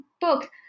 book